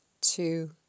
two